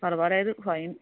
పర్వాలేదు ఫైన్